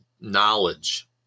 knowledge